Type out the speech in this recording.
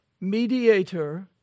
mediator